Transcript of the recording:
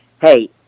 hey